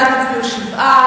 בעד הצביעו שבעה,